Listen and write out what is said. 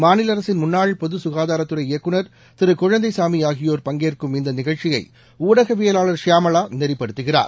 மாநில அரசின் முன்னாள் பொது சுகாதாரத்துறை இயக்குனர் திரு குழந்தைசாமி ஆகியோர் பங்கேற்கும் இந்த நிகழ்ச்சியை ஊடகவியலாளர் ஷியாமளா நெறிப்படுத்துகிறார்